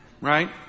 Right